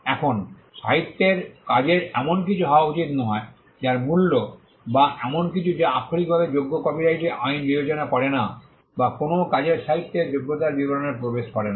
এখন সাহিত্যের কাজের এমন কিছু হওয়া উচিত নয় যার মূল্য বা এমন কিছু যা আক্ষরিকভাবে যোগ্য কপিরাইট আইন বিবেচনা করে না বা কোনও কাজের সাহিত্যের যোগ্যতার বিবরণে প্রবেশ করে না